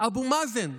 אבו מאזן,